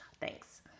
Thanks